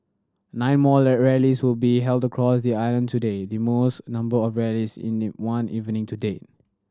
nine more rallies will be held across the island today the most number of rallies in the one evening to date